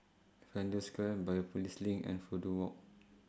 Flanders Square Biopolis LINK and Fudu Walk